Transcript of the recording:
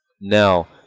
Now